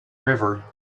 river